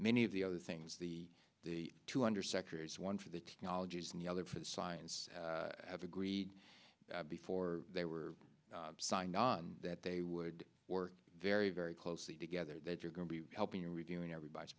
many of the other things the the two undersecretaries one for the technologies and the other for the science have agreed before they were signed on that they would work very very closely together that you're going to be helping redoing everybody